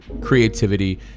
creativity